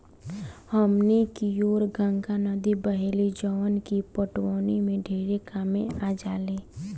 हमनी कियोर गंगा नद्दी बहेली जवन की पटवनी में ढेरे कामे आजाली